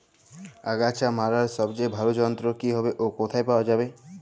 আগাছা মারার সবচেয়ে ভালো যন্ত্র কি হবে ও কোথায় পাওয়া যাবে?